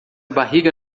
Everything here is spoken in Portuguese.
barriga